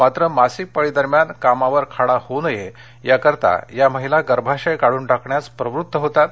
मात्र मासिक पाळीदरम्यान कामावर खाडा होऊ नये याकरिता या महिला गर्भाशय काढून शिक्रण्यास प्रवृत्त होतात